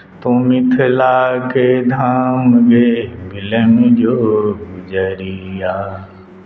तू मिथिलाके धाम गे बिलमि जो गुजरिआ